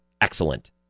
excellent